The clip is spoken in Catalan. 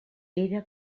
era